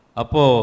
apo